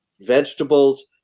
Vegetables